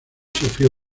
sufrió